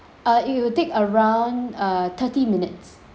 uh it will take around uh thirty minutes